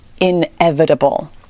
inevitable